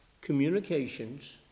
communications